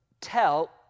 tell